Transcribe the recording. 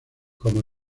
como